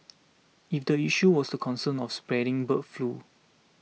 if the issue was the concern of spreading bird flu